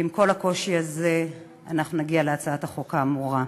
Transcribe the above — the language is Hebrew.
ועם כל הקושי הזה נגיע להצעת החוק האמורה.